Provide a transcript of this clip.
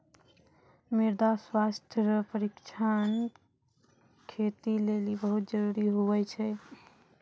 मृदा स्वास्थ्य रो परीक्षण खेती लेली बहुत जरूरी हुवै छै